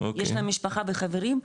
יש להם משפחה וחברים,